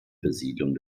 besiedlung